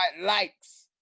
likes